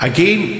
Again